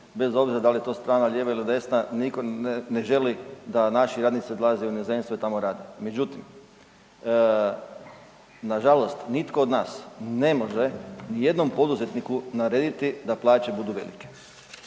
bez obzira da li je to strana lijeva ili desna niko ne želi da naši radnici odlaze u inozemstvo i tamo rade. Međutim, nažalost nitko od nas ne može nijednom poduzetniku narediti da plaće budu velike.